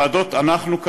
אנחנו,